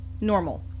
normal